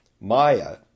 Maya